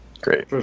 great